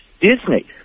Disney